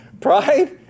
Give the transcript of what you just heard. pride